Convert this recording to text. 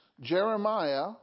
Jeremiah